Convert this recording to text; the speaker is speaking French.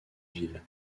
ville